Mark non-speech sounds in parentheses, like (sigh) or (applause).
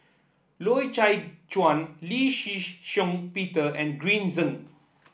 Loy Chye Chuan Lee Shih (unintelligible) Shiong Peter and Green Zeng